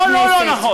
נכון או לא נכון?